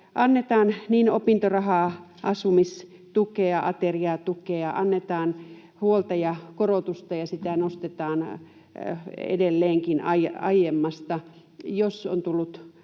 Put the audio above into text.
annetaan opintorahaa, asumistukea, ateriatukea, annetaan huoltajakorotusta ja sitä nostetaan edelleenkin aiemmasta. Jos on tullut